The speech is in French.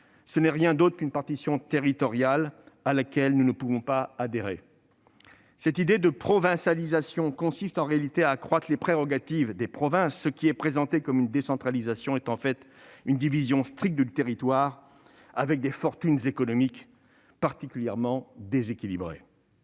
n'est rien d'autre qu'une partition territoriale à laquelle nous ne pouvons pas adhérer. Cette idée de provincialisation consiste en réalité à accroître les prérogatives des provinces. Ce qui est présenté comme une décentralisation est en fait une division stricte du territoire avec des fortunes économiques particulièrement déséquilibrées.